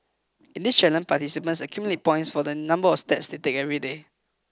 in this challenge participants accumulate points for the number of steps they take every day